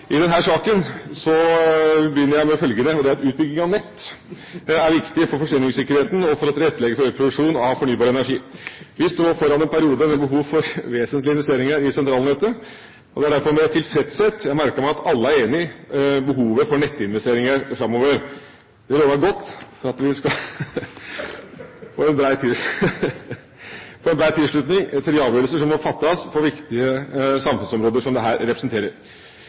begynner jeg med følgende: Utbygging av nett er viktig for forsyningssikkerheten og for å tilrettelegge for økt produksjon av fornybar energi. Vi står nå foran en periode med behov for vesentlige investeringer i sentralnettet. Det er derfor med tilfredshet jeg merker meg at alle er enig i behovet for nettinvesteringer framover. Det lover godt for at vi skal få bred tilslutning til de avgjørelser som må fattes på dette viktige samfunnsområdet. Samtidig er det